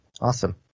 Awesome